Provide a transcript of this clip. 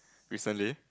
recently